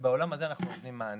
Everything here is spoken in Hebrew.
ובעולם הזה אנחנו נותנים מענה.